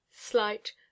slight